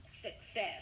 Success